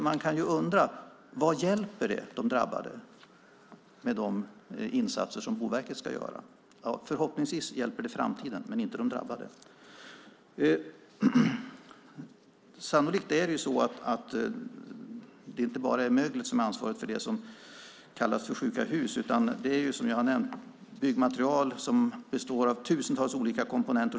Man kan ju undra hur mycket Boverkets insatser hjälper de drabbade. Förhoppningsvis hjälper de i framtiden, men de hjälper inte de drabbade. Sannolikt är det inte bara möglet som är orsaken till det som kallas för sjuka hus. Som jag har nämnt handlar det om byggmaterial som består av tusentals olika komponenter.